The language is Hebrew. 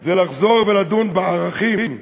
יש לחזור ולדון בערכים,